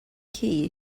key